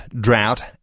drought